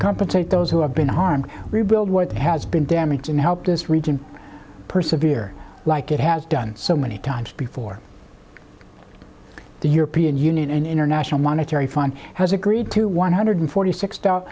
compensate those who have been harmed rebuild what has been damaged and help this region persevered like it has done so many times before the european union and international monetary fund has agreed to one hundred forty six